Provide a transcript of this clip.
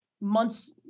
months